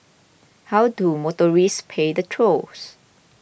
how do motorists pay the tolls